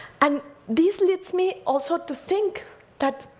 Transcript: and this leads me also to think that